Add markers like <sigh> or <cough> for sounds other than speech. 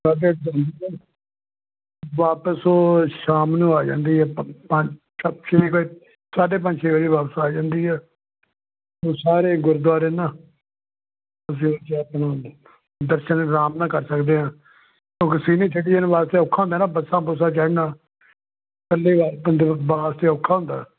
<unintelligible> ਵਾਪਸ ਉਹ ਸ਼ਾਮ ਨੂੰ ਆ ਜਾਂਦੀ ਹੈ ਪ ਪੰਜ ਛ ਛੇ ਵਜੇ ਸਾਢੇ ਪੰਜ ਛੇ ਵਜੇ ਵਾਪਸ ਆ ਜਾਂਦੀ ਆ ਉਹ ਸਾਰੇ ਗੁਰਦੁਆਰੇ ਨਾ <unintelligible> ਆਪਣਾ ਦਰਸ਼ਨ ਆਰਾਮ ਨਾਲ ਕਰ ਸਕਦੇ ਹਾਂ <unintelligible> ਬੱਸ 'ਚ ਔਖਾ ਹੁੰਦਾ ਨਾ ਬੱਸਾਂ ਬੁੱਸਾਂ ਚੜ੍ਹਨਾ ਇਕੱਲੇ ਵਾ ਬੰਦੇ ਵਾ ਵਾਸਤੇ ਔਖਾ ਹੁੰਦਾ